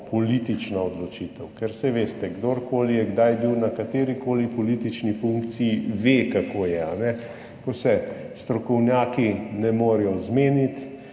politična odločitev. Ker, saj veste, kdorkoli je kdaj bil na katerikoli politični funkciji, ve, kako je, ko se strokovnjaki ne morejo zmeniti,